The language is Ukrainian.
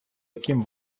яким